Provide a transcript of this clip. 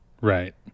Right